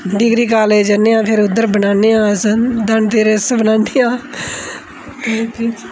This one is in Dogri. डिग्री कालेज जन्ने आं फेर उद्धर बनाने आं अस धनतेरस बनान्ने आं